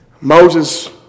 Moses